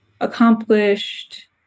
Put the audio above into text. accomplished